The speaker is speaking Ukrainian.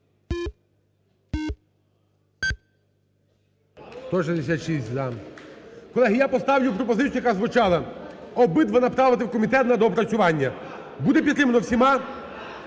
За-166 Колеги, я поставлю пропозицію, яка звучала, обидва направити в комітет на доопрацювання. Буде підтримано всіма? Буде